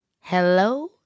Hello